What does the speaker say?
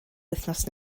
wythnos